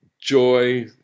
joy